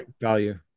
value